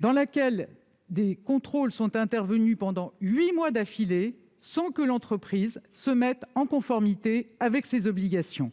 de Roissy, des contrôles sont intervenus pendant huit mois d'affilée sans que l'entreprise se mette en conformité avec ses obligations.